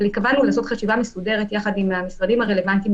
וקבענו לעשות חשיבה מסודרת יחד עם המשרדים הרלוונטיים,